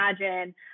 imagine